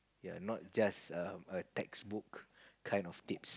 ya not just a a textbook kind of tips